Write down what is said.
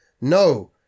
No